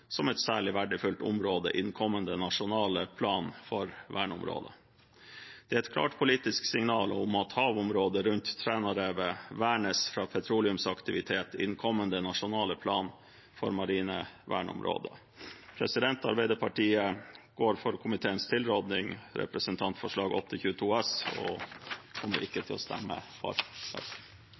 som er planlagt innlemmet som særlig verdifulle områder i den kommende nasjonale planen for verneområder. Det er et klart politisk signal om at havområdet rundt Trænarevet vernes mot petroleumsaktivitet i den kommende nasjonale planen for marine verneområder. Arbeiderpartiet vil stemme for komiteens tilråding. Vi skal nå behandle et forslag som går på å